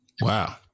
Wow